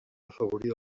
afavorir